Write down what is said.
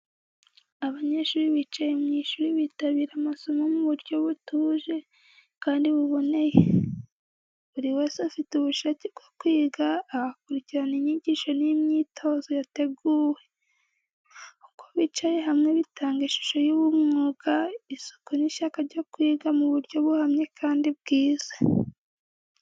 Abanyeshuri bicaye mu ishuri bitabira amasomo mu buryo butuje kandi buboneye. Buri wese afite ubushake bwo kwiga, agakurikirana inyigisho n’imyitozo yateguwe. Uko bicaye hamwe bitanga ishusho y’ubunyamwuga, isuku n’ishyaka ryo kwiga mu buryo buhamye kandi bwiza.